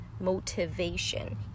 motivation